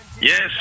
Yes